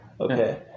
Okay